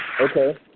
okay